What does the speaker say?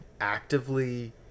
actively